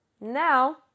Now